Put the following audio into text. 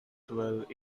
twelve